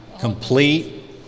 complete